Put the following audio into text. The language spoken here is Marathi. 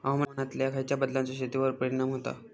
हवामानातल्या खयच्या बदलांचो शेतीवर परिणाम होता?